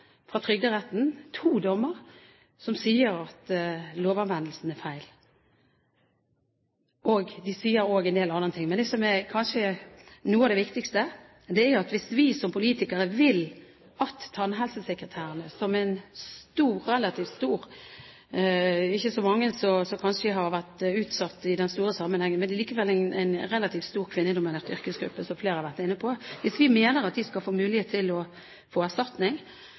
fra Trygderetten, som sier at lovanvendelsen er feil. De sier også en del andre ting. Men det som kanskje er noe av det viktigste, er at hvis vi som politikere mener at tannhelsesekretærene, som er en relativt stor kvinnedominert yrkesgruppe, som flere har vært inne på – kanskje ikke så mange har vært utsatt i den store sammenhengen – skal få mulighet til å få erstatning,